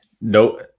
no